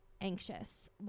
Anxious